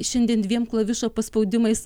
šiandien dviem klavišo paspaudimais